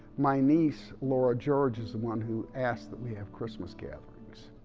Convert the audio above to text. my niece, laura george, is the one who asked that we have christmas gatherings.